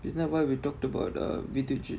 it's not what we talked about uh with your